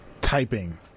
typing